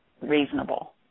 reasonable